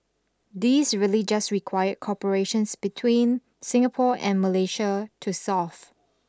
these really just required corporations between Singapore and Malaysia to solve